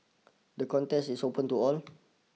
the contest is open to all